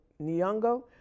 Nyong'o